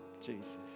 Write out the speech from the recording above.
Jesus